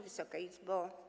Wysoka Izbo!